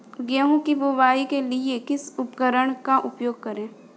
गेहूँ की बुवाई के लिए किस उपकरण का उपयोग करें?